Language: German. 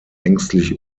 ängstlich